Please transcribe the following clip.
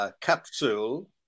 capsule